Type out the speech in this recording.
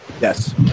Yes